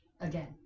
again